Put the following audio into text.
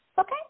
Okay